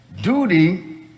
Duty